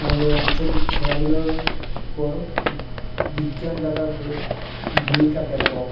আমাদের আঞ্চলিক খেলাধুলার উপর বিজ্ঞাপনদাতাদের ভূমিকা ব্যাপক